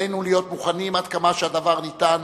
עלינו להיות מוכנים, עד כמה שהדבר ניתן,